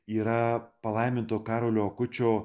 yra palaiminto karolio akučio